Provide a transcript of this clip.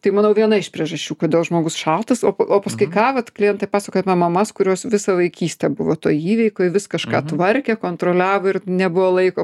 taip manau viena iš priežasčių kodėl žmogus šaltas o pa o paskui ką vat klientai pasakojo apie mamas kurios visą vaikystę buvo toj įveikoj vis kažką tvarkė kontroliavo ir nebuvo laiko